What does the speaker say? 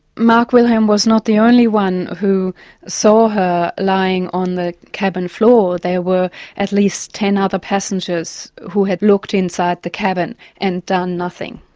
mark wilhelm was not the only one who saw her lying on the cabin floor. there were at least ten other passengers who had looked inside the cabin, and done nothing.